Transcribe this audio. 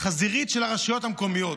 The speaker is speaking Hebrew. החזירית של הרשויות המקומיות.